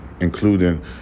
including